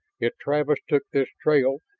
if travis took this trail,